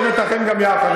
שבת אחים גם יחד.